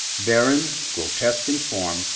barren, grotesque in form,